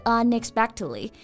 unexpectedly